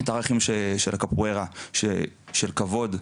את הערכים של הקפוארה של כבוד,